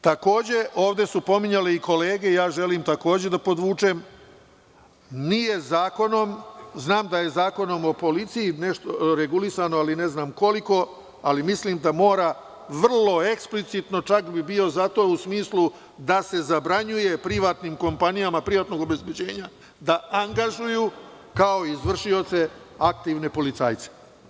Takođe, ovde su pominjale i kolege, a želim i ja takođe da podvučem, znam da je zakonom o policiji nešto regulisano, ali ne znam koliko, ali mislim da mora vrlo eksplicitno, čak bi bio za to, u smislu da se zabranjuje privatnim kompanijama privatnog obezbeđenja da angažuju kao izvršioce aktivne policajce.